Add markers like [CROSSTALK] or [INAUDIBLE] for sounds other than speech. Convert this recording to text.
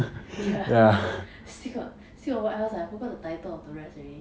[LAUGHS] ya still got still got what else ah I forgot the title of the rest already